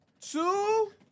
two